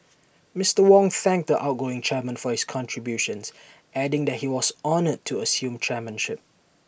Mister Wong thanked the outgoing chairman for his contributions adding that he was honoured to assume chairmanship